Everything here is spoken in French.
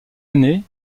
année